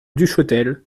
duchotel